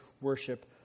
worship